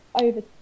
over